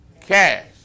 cash